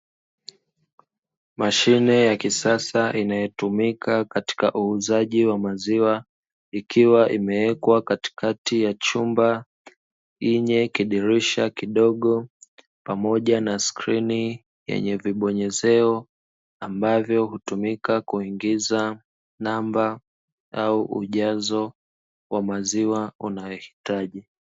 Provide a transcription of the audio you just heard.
Mashine ya kisasa inayotumika katika uuzaji wa maziwa, ikiwa imewekwa katikati ya chumba, yenye kidirisha kidogo pamoja na skrini yenye vibonyezeo ambavyo hutumika kuingiza namba au ujazo wa maziwa unaohitajika.